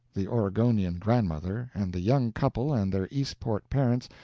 the oregonian grandmother, and the young couple and their eastport parents,